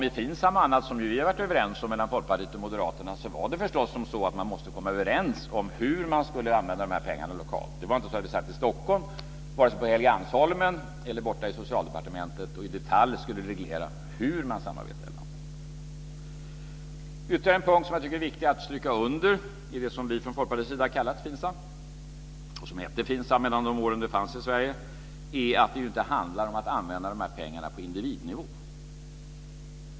I FINSAM och annat som vi ju har varit överens om mellan Folkpartiet och Moderaterna var det förstås så att man måste komma överens om hur man skulle använda de här pengarna lokalt. Det var inte så att vi satt i Stockholm, vare sig på Helgeandsholmen eller borta på Socialdepartementet, och i detalj skulle reglera hur man samarbetade i landet. Ytterligare en punkt som jag tycker att det är viktigt att stryka under i det som vi från Folkpartiets sida har kallat FINSAM, och som hette FINSAM under de år då det fanns i Sverige, är att det ju inte handlar om att använda pengarna på individnivå.